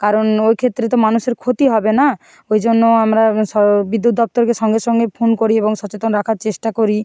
কারণ ওই ক্ষেত্রে তো মানুষের ক্ষতি হবে না ওই জন্য আমরা স বিদ্যুৎ দপ্তরকে সঙ্গে সঙ্গে ফোন করি এবং সচেতন রাখার চেষ্টা করি